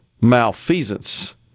malfeasance